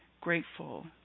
grateful